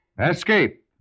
Escape